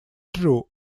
true